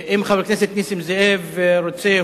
אם חבר הכנסת נסים זאב רוצה,